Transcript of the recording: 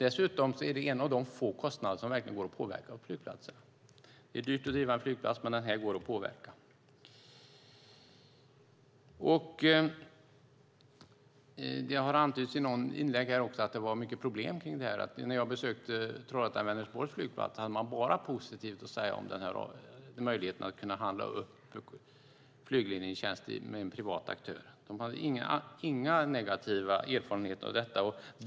Dessutom är det en av de få kostnader som verkligen går att påverka på flygplatserna. Det är dyrt att driva en flygplats, men den här kostnaden går att påverka. Det har antytts i något inlägg att det var mycket problem kring det här, men när jag besökte Trollhättan-Vänersborgs flygplats hade man bara positivt att säga om möjligheten att kunna handla upp flygledningstjänster med en privat aktör. De hade inga negativa erfarenheter av detta.